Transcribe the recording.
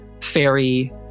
fairy